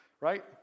right